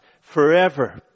forever